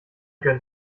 gönnt